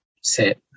set